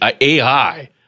AI